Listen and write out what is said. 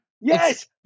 Yes